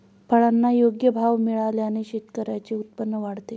फळांना योग्य भाव मिळाल्याने शेतकऱ्यांचे उत्पन्न वाढते